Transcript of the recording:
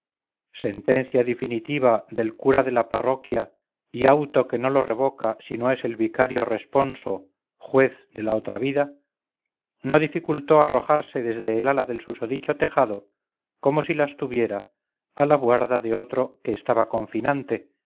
sentencia difinitiva del cura de la parroquia y auto que no lo revoca si no es el vicario responso juez de la otra vida no dificultó arrojarse desde el ala del susodicho tejado como si las tuviera a la buarda de otro que estaba confinante